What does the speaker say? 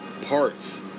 parts